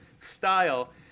style